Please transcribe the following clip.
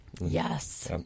yes